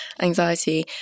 anxiety